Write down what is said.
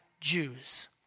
Jews